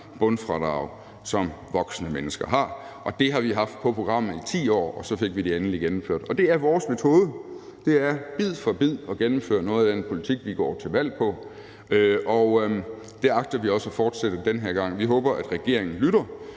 bundfradrag, som voksne mennesker har. Det har vi haft på programmet i 10 år, og så fik vi det endelig gennemført. Og det er vores metode, altså bid for bid at gennemføre noget af den politik, vi går til valg på, og det agter vi også at fortsætte med den her gang. Vi håber, at regeringen lytter